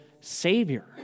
Savior